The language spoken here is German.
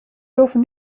dürfen